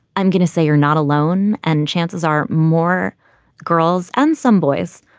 i'm going to say you're not alone. and chances are more girls and some boys